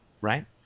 right